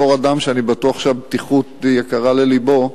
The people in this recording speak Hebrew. בתור אדם שאני בטוח שהבטיחות יקרה ללבו,